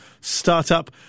startup